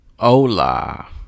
Hola